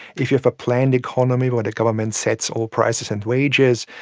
if you have a planned economy where the government sets all prices and wages,